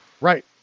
Right